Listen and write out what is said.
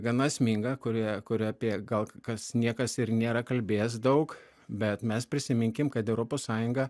gana esminga kuri kur apie gal kas niekas ir nėra kalbės daug bet mes prisiminkim kad europos sąjunga